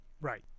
Right